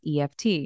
EFT